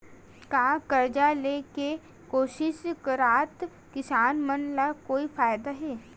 का कर्जा ले के कोशिश करात किसान मन ला कोई फायदा हे?